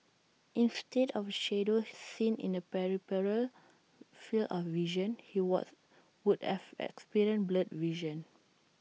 instead of A shadow seen in the peripheral field of vision he was would have experienced blurred vision